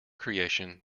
creation